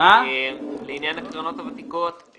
לעניין הקרנות הוותיקות.